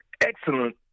excellent